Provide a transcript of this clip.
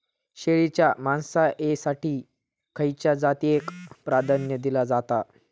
शेळीच्या मांसाएसाठी खयच्या जातीएक प्राधान्य दिला जाता?